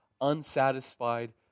unsatisfied